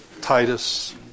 Titus